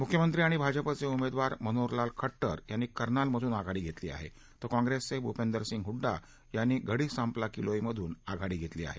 मुख्यमंत्री आणि भाजपाचे उमेदवार मनोहरलाल खट्टर कर्नालमधून आघाडी घेतली आहे तर काँप्रेसचे भूपेंदर सिंग हुडा यांनी गढी सांपला किलोईमधून आघाडी घेतली आहे